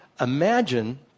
Imagine